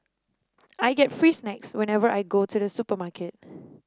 I get free snacks whenever I go to the supermarket